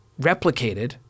replicated